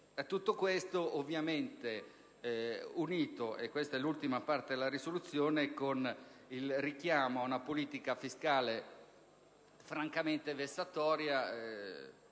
Tutto ciò, ovviamente, unito (e questa è l'ultima parte della proposta di risoluzione) al richiamo ad una politica fiscale francamente vessatoria.